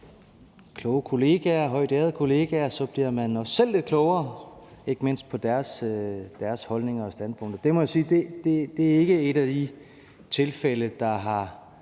kloge og højtærede kollegaer, at man så også selv bliver lidt klogere – ikke mindst på deres holdninger og standpunkter. Jeg må sige, at det ikke er et af de tilfælde, der har